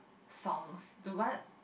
songs to what